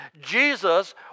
Jesus